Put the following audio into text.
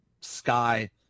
sky